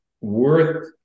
Worth